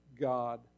God